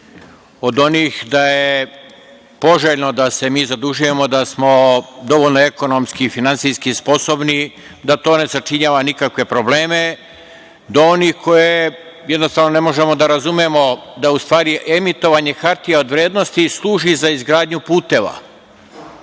od onih da je poželjno da se mi zadužujemo, da smo dovoljno ekonomski i finansijski sposobni, da to ne sačinjava nikakve probleme, do onih koje jednostavno ne možemo da razumemo, da u stvari emitovanje hartija od vrednosti služi za izgradnju puteva